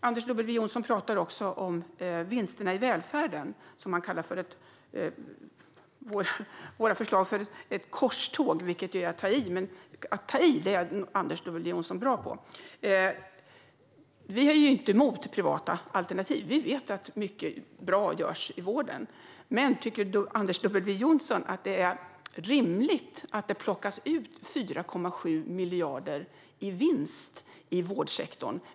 Anders W Jonsson talar också om vinsterna i välfärden och kallar våra förslag för ett korståg, vilket är att ta i, men att ta i är Anders W Jonsson bra på. Vi är inte emot privata alternativ. Vi vet att mycket bra görs i vården. Men tycker Anders W Jonsson att det är rimligt att det plockas ut 4,7 miljarder i vinst i vårdsektorn?